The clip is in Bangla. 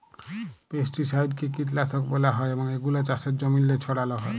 পেস্টিসাইডকে কীটলাসক ব্যলা হ্যয় এবং এগুলা চাষের জমিল্লে ছড়াল হ্যয়